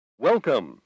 Welcome